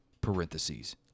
Parentheses